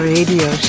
Radio